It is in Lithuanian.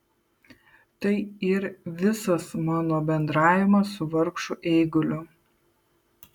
tai ir visas mano bendravimas su vargšu eiguliu